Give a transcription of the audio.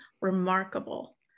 remarkable